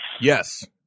Yes